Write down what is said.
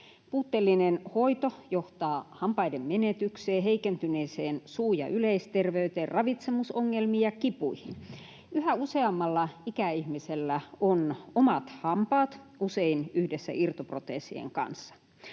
Puutteellinen hoito johtaa hampaiden menetykseen, heikentyneeseen suu- ja yleisterveyteen, ravitsemusongelmiin ja kipuihin. Yhä useammalla ikäihmisellä on omat hampaat usein yhdessä irtoproteesien kanssa.